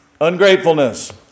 Ungratefulness